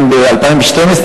וגם ב-2012,